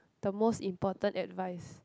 the most important advice